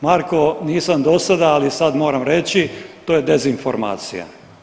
Marko nisam do sada, ali sad moram reći to je dezinformacija.